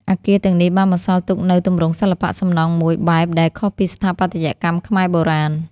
អគារទាំងនេះបានបន្សល់ទុកនូវទម្រង់សិល្បៈសំណង់មួយបែបដែលខុសពីស្ថាបត្យកម្មខ្មែរបុរាណ។